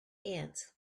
ants